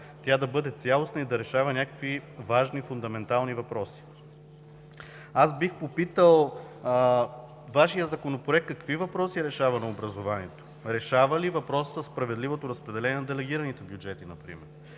тя да бъде цялостна и да решава някакви важни, фундаментални въпроси. Бих попитал: Вашият Законопроект какви въпроси решава на образованието? Решава ли въпроса със справедливото разпределение на делегираните бюджети например?